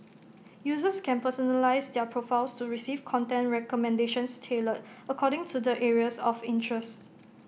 users can personalise their profiles to receive content recommendations tailored according to their areas of interest